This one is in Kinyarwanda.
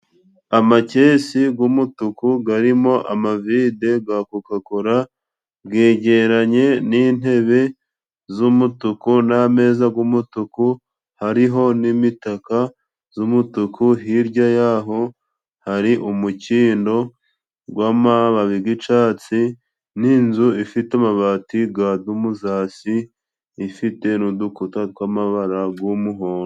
Amakesi g'umutuku garimo amavide ga kokakora gegeranye n'intebe z'umutuku n'ameza g'umutuku hariho n'imitaka z'umutuku, hirya y'aho hari umukindo gw'amababi g'icatsi n'inzu ifite amabati ga dumuzasi, ifite n'udukuta tw'amabara g'umuhondo.